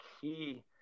key